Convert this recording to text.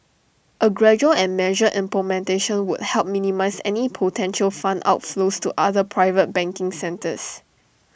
A gradual and measured implementation would help minimise any potential fund outflows to other private banking centres